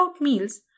meals